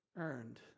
earned